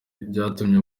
byatumye